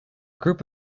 group